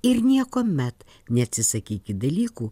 ir niekuomet neatsisakykit dalykų